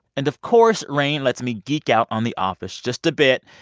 and of course, rainn lets me geek out on the office just a bit.